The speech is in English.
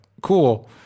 cool